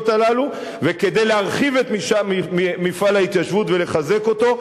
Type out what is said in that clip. הללו וכדי להרחיב את מפעל ההתיישבות ולחזק אותו.